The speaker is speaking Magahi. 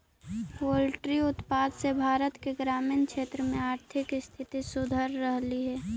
पोल्ट्री उत्पाद से भारत के ग्रामीण क्षेत्र में आर्थिक स्थिति सुधर रहलई हे